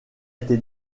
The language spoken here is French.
été